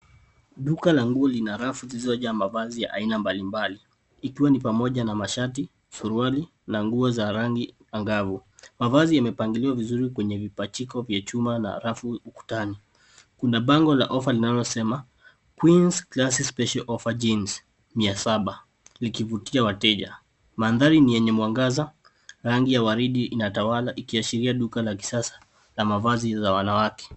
Duka la nguo lina rafu zilizojaa mavazi ya aina mbalimbali ikiwa ni pamoja na mashati, suruali na nguo za rangi angavu. Mavazi yamepangiliwa vizuri kwenye vipachiko vya chuma na rafu ukutani. Kuna bango la offer linalosema Queen's Class Special Offer Jeans mia saba likivutia wateja. Mandhari ni yenye mwangaza, rangi ya waridi inatawala ikiashiria duka la kisasa la mavazi za wanawake.